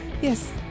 Yes